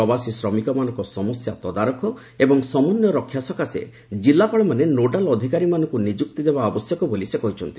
ପ୍ରବାସୀ ଶ୍ରମିକମାନଙ୍କ ସମସ୍ୟା ତଦାରଖ ଏବଂ ସମନ୍ୱୟ ରଖ୍ୟା ସକାଶେ ଜିଲ୍ଲାପାଳମାନେ ନୋଡାଲ ଅଧିକାରୀମାନଙ୍କୁ ନିଯୁକ୍ତି ଦେବା ଆବଶ୍ୟକ ବୋଲି ସେ କହିଛନ୍ତି